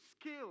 skill